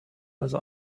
also